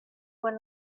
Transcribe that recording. were